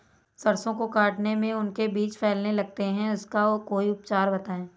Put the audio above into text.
सरसो को काटने में उनके बीज फैलने लगते हैं इसका कोई उपचार बताएं?